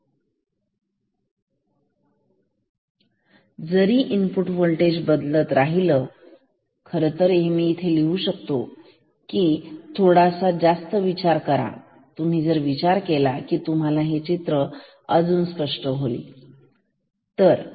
VNVp VN0 I ViR Q Vi ∆tRc Vc QC Vi tRc V0 VN Vc Vi tRc V0 Vi tRc जरी Vi बदलत राहील तरीही खरतर मी हे लिहू शकतोतुम्ही फक्त थोडासा विचार करा जर विचार केला तर तुम्हाला हे चित्र अजून स्पष्ट होईल ठीक